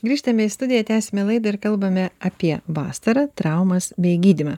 grįžtame į studiją tęsiame laidą ir kalbame apie vasarą traumas bei gydymą